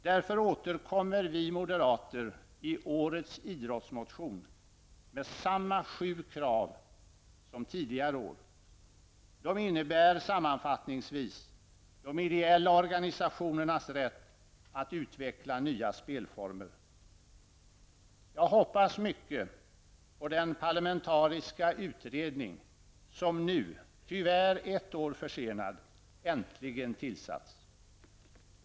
Därför återkommer vi moderater i årets idrottsmotion med samma sju krav som tidigare år. De handlar sammanfattningsvis om de ideella organisationernas rätt att utveckla nya spelformer. Jag hoppas mycket på den parlamentariska utredning som nu -- tyvärr ett år försenad -- äntligen har tillsatts.